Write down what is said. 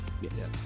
Yes